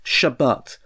Shabbat